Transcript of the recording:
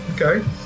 Okay